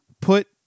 put